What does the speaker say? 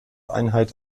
einheit